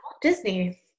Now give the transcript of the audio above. Disney